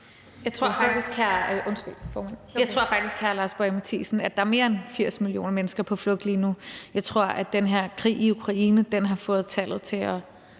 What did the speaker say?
Lars Boje Mathiesen, at der er mere end 80 millioner mennesker på flugt lige nu. Jeg tror, at den her krig i Ukraine har fået tallet til at